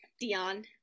Dion